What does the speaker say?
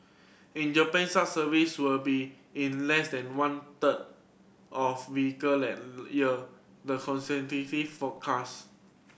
in Japan such service will be in less than one third of vehicle that year the consultancy forecast